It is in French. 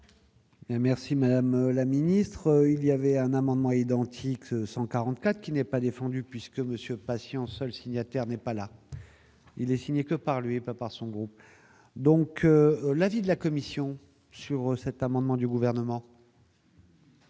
Merci madame la ministre, il y avait un amendement identique 144 qui n'est pas défendu puisque monsieur patients seul signataire n'est pas là. Il est signé que par lui et pas par son groupe, donc l'avis de la Commission sur cet amendement du gouvernement.